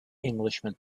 englishman